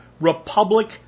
republic